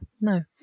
no